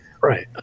right